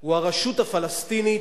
הוא הרשות הפלסטינית